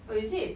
oh is it